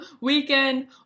weekend